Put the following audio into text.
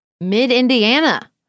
Mid-Indiana